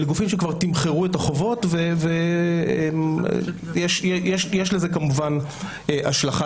אלה גופים שכבר תמחרו את החובות ויש לזה כמובן השלכה